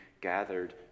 gathered